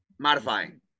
modifying